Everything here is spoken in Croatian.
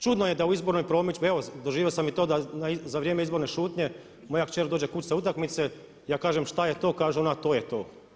Čudno je da u izbornoj promidžbi, evo doživio sam i to da za vrijeme izborne šutnje moja kćer dođe kući sa utakmice i ja kažem što je to a kaže ona to je to.